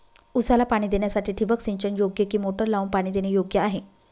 ऊसाला पाणी देण्यासाठी ठिबक सिंचन योग्य कि मोटर लावून पाणी देणे योग्य आहे?